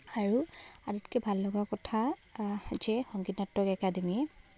আৰু আটাইতকৈ ভাল লগা কথা যে সংগীত নাটক একাডেমীয়ে